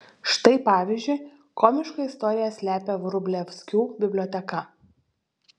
štai pavyzdžiui komišką istoriją slepia vrublevskių biblioteka